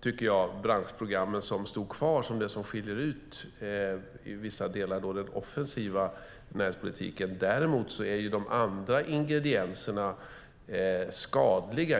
tycker jag att det var branschprogrammen som stod kvar som det som i vissa delar skiljer ut den offensiva näringspolitiken. Däremot är de andra ingredienserna skadliga.